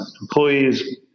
employees